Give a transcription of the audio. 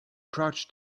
crouched